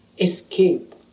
escape